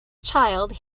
child